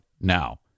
now